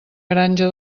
granja